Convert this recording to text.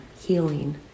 healing